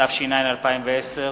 התש"ע 2010,